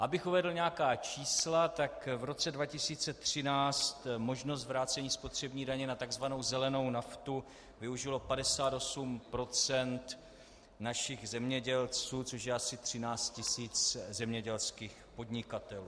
Abych uvedl nějaká čísla, tak v roce 2013 možnost vrácení spotřební daně na tzv. zelenou naftu využilo 58 procent našich zemědělců, což je asi 13 tisíc zemědělských podnikatelů.